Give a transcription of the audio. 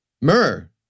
Myrrh